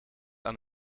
aan